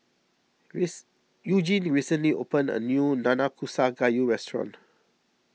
grace Eugene recently opened a new Nanakusa Gayu restaurant